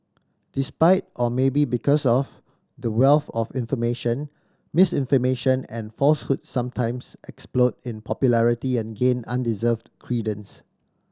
despite or maybe because of the wealth of information misinformation and falsehoods sometimes explode in popularity and gain undeserved credence